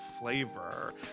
flavor